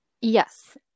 Yes